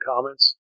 comments